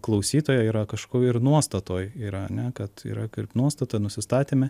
klausytoja yra kažko ir nuostatoj yra ne kad yra kaip nuostatoj nusistatyme